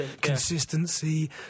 consistency